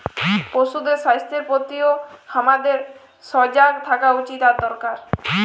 পশুদের স্বাস্থ্যের প্রতিও হামাদের সজাগ থাকা উচিত আর দরকার